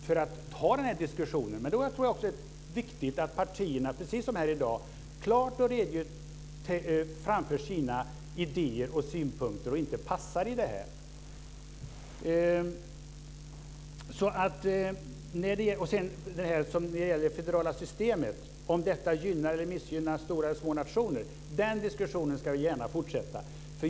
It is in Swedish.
Jag tror att det är viktigt att partierna, precis som här i dag, klart och tydligt framför sina idéer och synpunkter och inte passar här. Diskussionen om huruvida ett federalt system gynnar eller missgynnar stora eller små nationer ska jag gärna fortsätta.